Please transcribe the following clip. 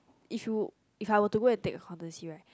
if you if I were to go and take accountacy right